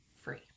free